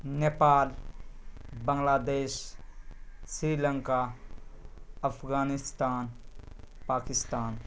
Nepal Bangladesh Sri Lanka Afghanistan Pakistan